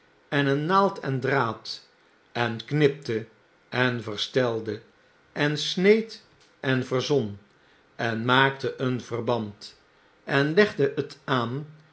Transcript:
en een naald en draad en knipte en verstelde en sneed en verzon en maakte een verband en legde het aan